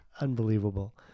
Unbelievable